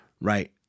right